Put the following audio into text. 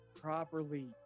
properly